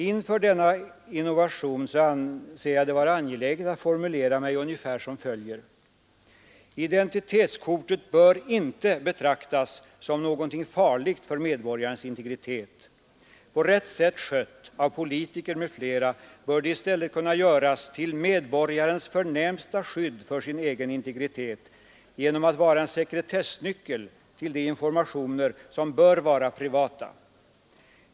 Inför denna innovation anser jag det vara angeläget att formulera mig ungefär som följer. Identitetskortet bör inte betraktas som någonting farligt för medborgarens integritet. På rätt sätt skött, av politiker m.fl., bör det i stället kunna göras till medborgarens förnämsta skydd för den egna integriteten genom att vara en sekretessnyckel till de informationer som får anses vara privata.